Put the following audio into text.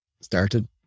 started